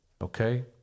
okay